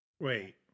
Wait